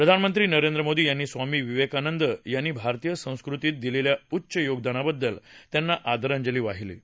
प्रधानमंत्री नरेंद्र मोदी यांनी स्वामी विवेकानंद यांनी भारतीय संस्कृतीत दिलेल्या उच्च योगदानाबद्दल त्यांना आदराजली वाहिली आहे